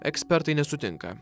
ekspertai nesutinka